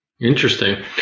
Interesting